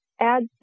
Add